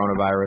coronavirus